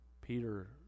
Peter